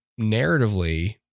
narratively